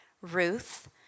Ruth